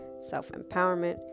self-empowerment